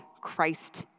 Christ